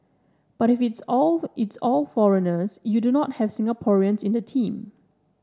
but if it's all it's all foreigners you do not have Singaporeans in the team